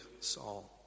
Saul